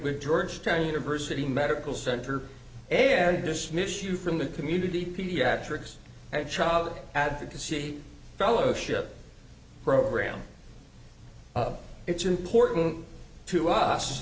with georgetown university medical center and dismiss you from the community pediatrics and child advocacy fellowship program it's important to us